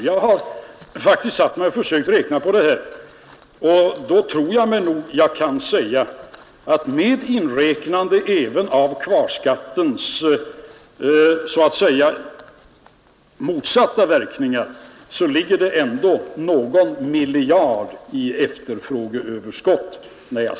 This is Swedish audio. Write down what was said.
Jag har faktiskt satt mig ned och försökt att räkna på detta och tror mig kunna säga att det, även med inräknande av kvarskattens så att säga motsatta verkningar, kommer att ligga någon miljard i efterfrågeöverskott.